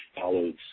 follows